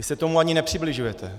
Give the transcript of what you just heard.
Vy se tomu ani nepřibližujete.